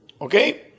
Okay